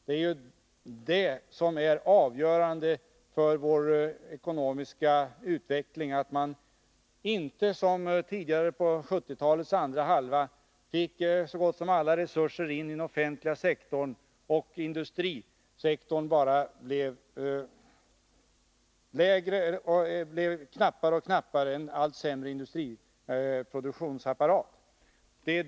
Det är ju avgörande för vår ekonomiska utveckling att inte göra som man gjorde tidigare under 1970-talets andra halva, då man fick in så gott som alla resurser i den offentliga sektorn, medan industrisektorn bara blev knappare och knappare och vi fick en allt sämre industriproduktionsapparat.